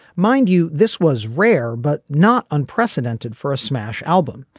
mind you this was rare but not unprecedented for a smash album.